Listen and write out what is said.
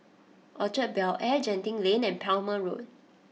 Orchard Bel Air Genting Lane and Palmer Road